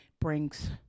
brings